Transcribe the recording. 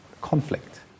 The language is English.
conflict